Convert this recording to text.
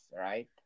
right